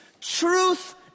truth